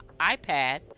iPad